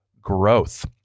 growth